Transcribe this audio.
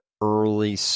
early